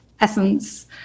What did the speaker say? essence